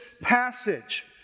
passage